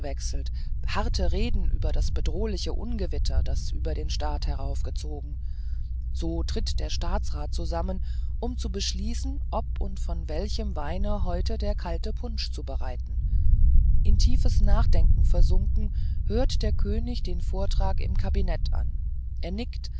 harte reden über das bedrohliche ungewitter das über den staat heraufgezogen so tritt der staatsrat zusammen um zu beschließen ob und von welchen weinen heute der kalte punsch zu bereiten in tiefes nachdenken versunken hört der könig den vortrag im kabinett an er nickt